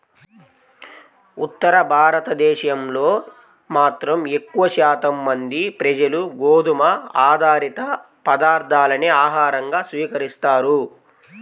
ఉత్తర భారతదేశంలో మాత్రం ఎక్కువ శాతం మంది ప్రజలు గోధుమ ఆధారిత పదార్ధాలనే ఆహారంగా స్వీకరిస్తారు